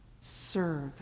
serve